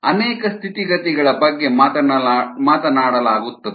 ಅನೇಕ ಸ್ಥಿತಿಗತಿಗಳ ಬಗ್ಗೆ ಮಾತನಾಡಲಾಗುತ್ತದೆ